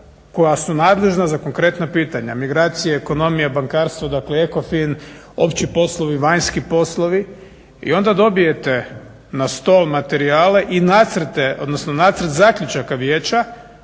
koja su nadležna za konkretna pitanja. Migracije, ekonomija, bankarstvo, dakle ECOFIN, opći poslovi, vanjski poslovi. I onda dobijete na stol materijale i nacrte, odnosno nacrt zaključaka vijeća.